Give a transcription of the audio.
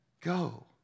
go